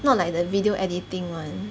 not like the video editing [one]